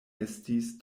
estis